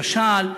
למשל,